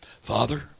Father